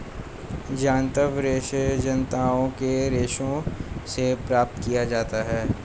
जांतव रेशे जंतुओं के रेशों से प्राप्त किया जाता है